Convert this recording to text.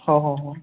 हो हो हो